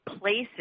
places